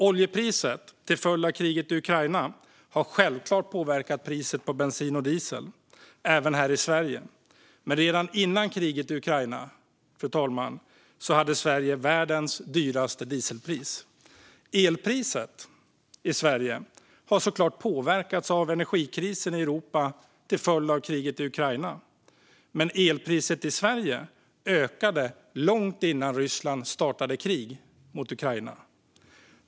Kriget i Ukraina har påverkat oljepriset och självklart även priset på bensin och diesel här i Sverige. Men redan före kriget i Ukraina, fru talman, hade Sverige världens högsta dieselpris. Elpriset i Sverige har såklart påverkats av energikrisen i Europa och kriget i Ukraina, men elpriset i Sverige ökade långt innan Ryssland startade krig mot Ukraina.